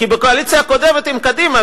כי בקואליציה הקודמת עם קדימה,